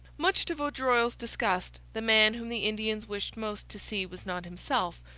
much to vaudreuil's disgust the man whom the indians wished most to see was not himself,